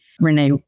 Renee